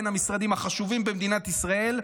בין המשרדים החשובים במדינת ישראל,